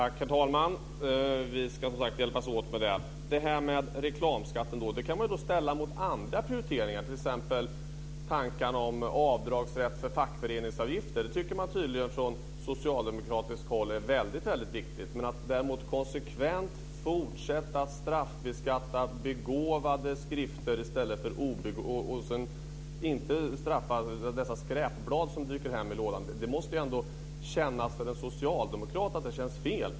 Herr talman! Vi ska som sagt hjälpas åt med det. Reklamskatten kan vi ställa mot andra prioriteringar, t.ex. tankarna om avdragsrätt för fackföreningsavgifter. Det tycker man tydligen från socialdemokratiskt håll är väldigt viktigt. Men att däremot konsekvent fortsätta att straffbeskatta begåvade skrifter och sedan inte straffa de skräpblad som dyker upp i lådan måste ändå kännas fel för en socialdemokrat.